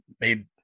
Made